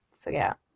forget